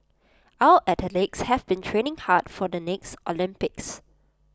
our athletes have been training hard for the next Olympics